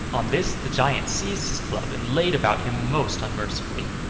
on this the giant seized his club and laid about him most unmercifully.